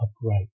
upright